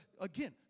again